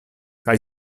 kaj